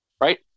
right